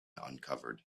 uncovered